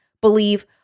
believe